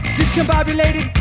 discombobulated